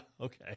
okay